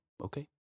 okay